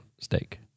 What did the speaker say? steak